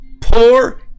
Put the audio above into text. poor